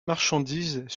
marchandises